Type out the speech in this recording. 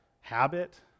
habit